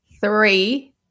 three